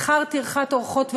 ריביות, שכר טרחת עורכות ועורכי-דין,